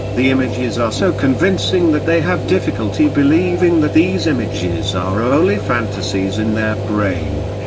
the images are so convincing that they have difficulty believing that these images are only fantasies in their brain.